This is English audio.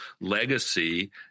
legacy